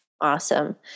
Awesome